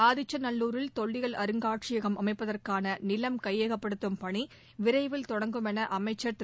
ஆதிச்சநல்லூரில் தொல்லியல் அருங்காட்சியகம் அமைப்பதற்கான நிலம் கையகப்படுத்தும் பணி விரைவில் தொடங்கும் என அமைச்சர் திரு